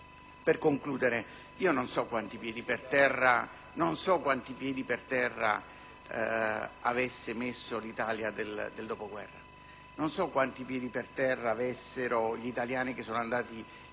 Per concludere, non so quanti piedi per terra avesse messo l'Italia del dopoguerra; non so quanti ne avessero gli italiani che sono andati a